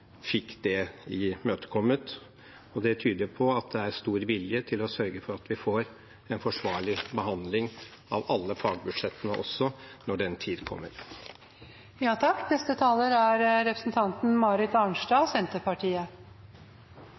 fikk det imøtekommet, og det tyder på at det er stor vilje til å sørge for at vi får en forsvarlig behandling av alle fagbudsjettene også, når den tid kommer. Å behandle statsbudsjettet er